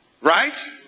Right